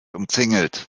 umzingelt